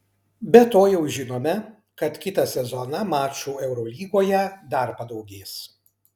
be to jau žinome kad kitą sezoną mačų eurolygoje dar padaugės